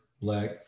black